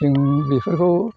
जों बेफोरखौ